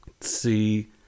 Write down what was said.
see